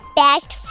best